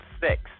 six